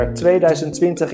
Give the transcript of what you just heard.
2020